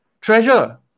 Treasure